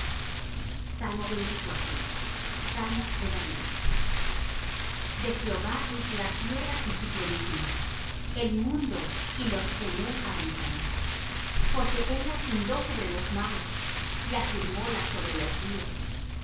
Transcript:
largos días salmo de david de jehová es la tierra y su plenitud el mundo y los que en él habitan porque él la fundó sobre los mares y afirmóla sobre los ríos